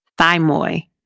thymoi